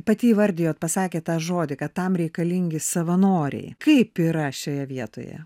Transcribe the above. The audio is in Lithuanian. pati įvardijot pasakėt tą žodį kad tam reikalingi savanoriai kaip yra šioje vietoje